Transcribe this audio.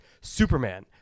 Superman